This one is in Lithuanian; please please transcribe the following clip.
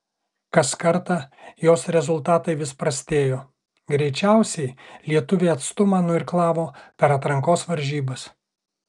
kas kartą jos rezultatai vis prastėjo greičiausiai lietuvė atstumą nuirklavo per atrankos varžybas